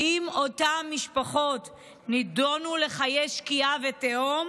האם אותן משפחות נידונו לחיי שקיעה ותהום?